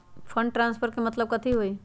Fund transfer के मतलब कथी होई?